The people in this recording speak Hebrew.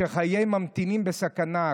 כשחיי הממתינים בסכנה,